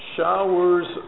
Showers